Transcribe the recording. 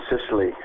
Sicily